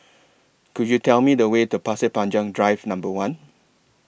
Could YOU Tell Me The Way to Pasir Panjang Drive Number one